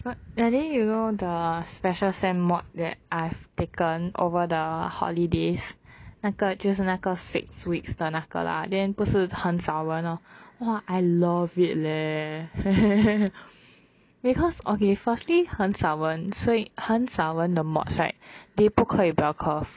but but then you know the special sem mod that I've taken over the holidays 那个就是那个 six weeks 的那个 lah then 不是很少人 lor !wah! I love it leh because okay firstly 很少人所以很少人的 mods right they 不可以 bell curve